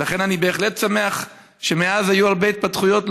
ולכן אני בהחלט שמח שמאז היו הרבה התפתחויות,